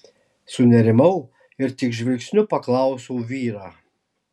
sunerimau ir tik žvilgsniu paklausiau vyrą